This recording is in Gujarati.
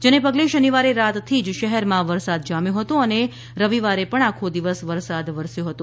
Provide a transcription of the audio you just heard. જેને પગલે શનિવારે રાતથી શહેરમાં વરસાદ જામ્યો હતો અને રવિ વારે પણ આખો દિવસ વરસાદ વરસ્યો હતો